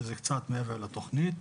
שזה קצת מעבר לתכנית.